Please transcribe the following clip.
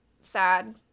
sad